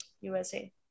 USA